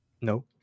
No